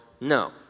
no